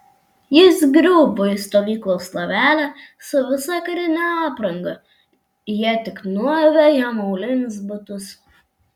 jis griuvo į stovyklos lovelę su visa karine apranga jie tik nuavė jam aulinius batus